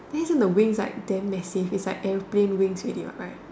then isn't the wings like damn messy if it's like airplane wings already what right